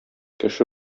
кеше